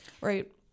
Right